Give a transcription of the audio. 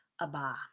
abba